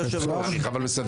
אבל בסדר.